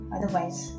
Otherwise